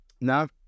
No